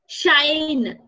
shine